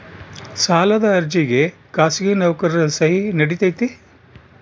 ಸಾಲದ ಅರ್ಜಿಗೆ ಖಾಸಗಿ ನೌಕರರ ಸಹಿ ನಡಿತೈತಿ?